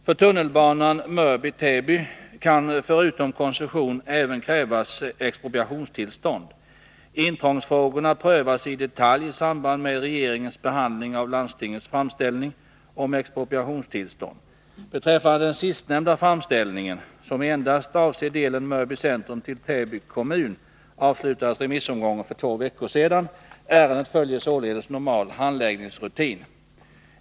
För tunnelbanan Mörby-Täby kan förutom koncession även krävas expropriationstillstånd. Intrångsfrågorna prövas i detalj i samband med regeringens behandling av landstingets framställning om expropriationstillstånd. Beträffande den sistnämnda framställningen, som endast avser delen Mörby Centrum till Täby kommun, avslutades remissomgången för två veckor sedan. Ärendet följer således normal handläggningsrutin.